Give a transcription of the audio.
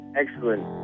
excellent